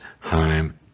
home